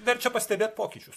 verčia pastebėt pokyčius